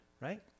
right